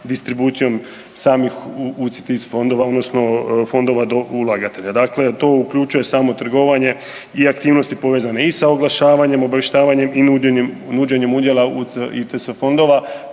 distribucijom samih UCITS fondova odnosno fondova do ulagatelja. Dakle, to uključuje samo trgovanje i aktivnosti povezane i sa oglašavanjem obavještavanjem i nuđenjem udjela u UCITS fondova.